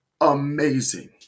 amazing